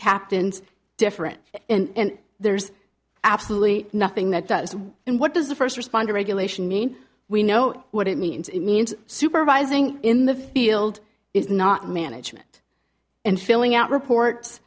captains different and there's absolutely nothing that does in what does the first responder regulation mean we know what it means it means supervising in the field is not management and filling out report